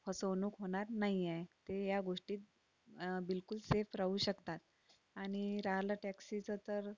फसवणूक होणार नाहीये ते या गोष्टीत बिलकुल सेफ राहू शकतात आणि राहलं टॅक्सीचं तर